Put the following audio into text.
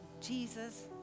Jesus